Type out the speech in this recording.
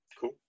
Cool